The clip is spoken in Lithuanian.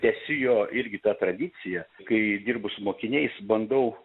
tęsiu jo irgi tą tradiciją kai dirbu su mokiniais bandau